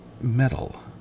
metal